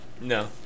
No